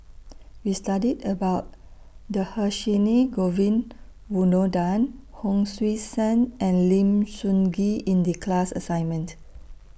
We studied about Dhershini Govin Winodan Hon Sui Sen and Lim Sun Gee in The class assignment